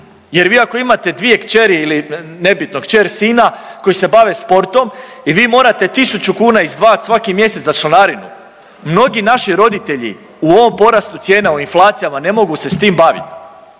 jer vi ako imate 2 kćeri ili nebitno kćer, sina koji se bave sportom i vi morate 1.000 kuna izdvajati svaki mjesec za članarinu. Mnogi naši roditelji u ovom porastu cijena u inflacijama ne mogu se s tim bavit.